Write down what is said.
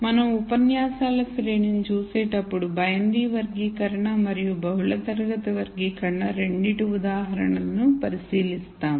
మనం ఉపన్యాసాల శ్రేణిని చూసేటప్పుడు బైనరీ వర్గీకరణ మరియు బహుళ తరగతి వర్గీకరణ రెండింటి ఉదాహరణలను పరిశీలిస్తాము